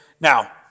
Now